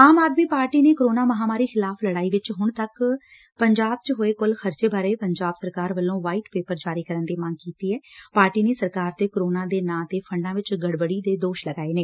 ਆਮ ਆਦਮੀ ਪਾਰਟੀ ਨੇ ਕੋਰੋਨਾ ਮਹਾਮਾਰੀ ਖਿਲਾਫ਼ ਲੜਾਈ ਚ ਹੁਣ ਤੱਕ ਪੰਜਾਬ ਹੋਏ ਕੁੱਲ ਖ਼ਰਚ ਬਾਰੇ ਪੰਜਾਬ ਸਰਕਾਰ ਕੋਲੋ ਵਾਈਟ ਪੇਪਰ ਜਾਰੀ ਕਰਨ ਦੀ ਮੰਗ ਕੀਤੀ ਏ ਪਾਰਟੀ ਨੇ ਸਰਕਾਰ ਤੇ ਕੋਰੋਨਾ ਦੇ ਨਾਂ ਤੇ ਫ਼ੰਡਾਂ ਚ ਗੜਬੜੀ ਦੇ ਦੋਸ਼ ਲਗਾਏ ਨੇ